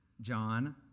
John